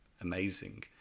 amazing